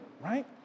right